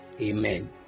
Amen